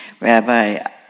Rabbi